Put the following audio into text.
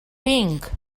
vinc